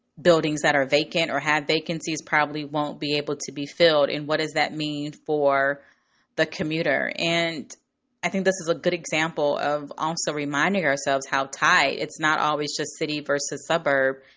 buildings that are vacant or had vacancies probably won't be able to be filled. and what does that mean for the commuter? and i think this is a good example of also reminding ourselves how tight it's not always just city versus suburb.